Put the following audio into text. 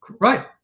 Right